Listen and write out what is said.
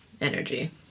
energy